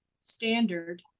standard